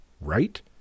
right